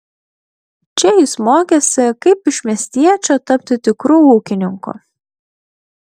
čia jis mokėsi kaip iš miestiečio tapti tikru ūkininku